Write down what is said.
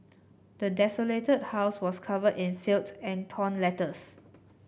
the desolated house was covered in filth and torn letters